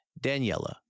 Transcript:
Daniela